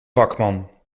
vakman